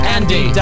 Andy